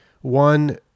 one